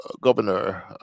Governor